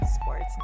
Sports